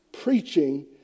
preaching